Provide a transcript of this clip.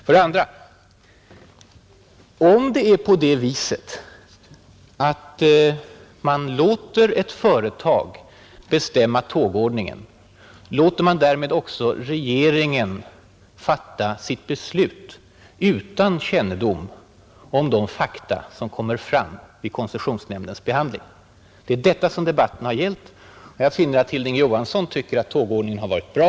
För det andra: Om det är på det viset att man låter ett enskilt företag bestämma tågordningen, låter man därmed också regeringen fatta sitt beslut utan kännedom om de fakta som kommer fram vid koncessionsnämndens behandling. Det är detta som debatten har gällt, och jag finner att Hilding Johansson tycker att tågordningen har varit bra.